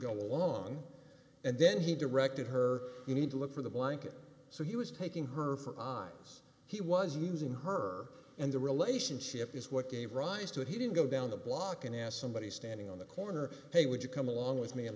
go along and then he directed her you need to look for the blanket so he was taking her for eyes he was using her and the relationship is what gave rise to it he didn't go down the block and asked somebody standing on the corner hey would you come along with me and